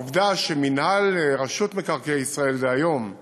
העובדה שרשות מקרקעי ישראל, זה היום,